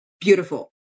Beautiful